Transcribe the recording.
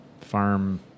farm